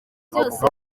byose